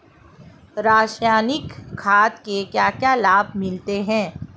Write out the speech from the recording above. रसायनिक खाद के क्या क्या लाभ मिलते हैं?